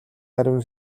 ариун